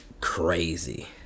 crazy